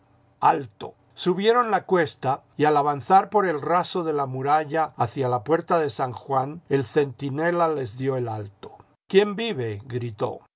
alto subieron la cuesta y al avanzar por el raso de la muralla hacia la puerta de san juan el centinela les dio el alto jquién vive gritó